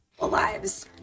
lives